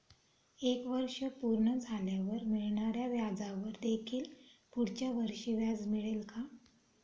एक वर्ष पूर्ण झाल्यावर मिळणाऱ्या व्याजावर देखील पुढच्या वर्षी व्याज मिळेल का?